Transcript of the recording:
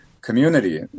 community